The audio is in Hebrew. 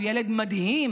שהוא ילד מדהים,